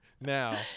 now